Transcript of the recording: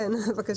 כן, רני.